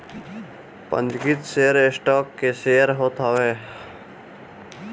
पंजीकृत share stock के share होत हवे